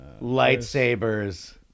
lightsabers